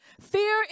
Fear